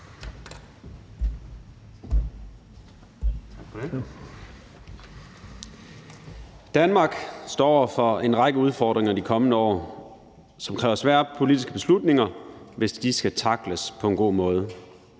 Danmark står over for en række udfordringer i de kommende år, som kræver svære politiske beslutninger, hvis de skal tackles på en god måde.